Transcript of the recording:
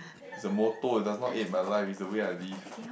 is a motto it does not aid my life it's the way I live